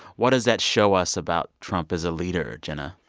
what does that show us about trump as a leader, jenna?